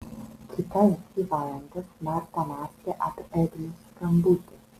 kitas dvi valandas marta mąstė apie ednos skambutį